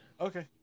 Okay